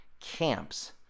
camps